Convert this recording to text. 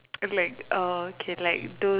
okay like okay like those